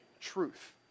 truth